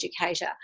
educator